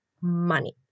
money